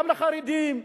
גם לחרדים,